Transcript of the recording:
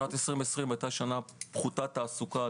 שנת 2020 הייתה שנה פחותת תעסוקה,